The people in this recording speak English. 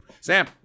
Sam